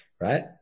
right